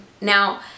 Now